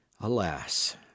Alas